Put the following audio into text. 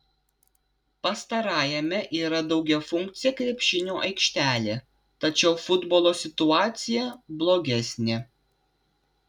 pastarajame yra daugiafunkcė krepšinio aikštelė tačiau futbolo situacija blogesnė